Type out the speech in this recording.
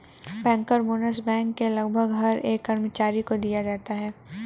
banker bonus bank के लगभग हर एक कर्मचारी को दिया जाता है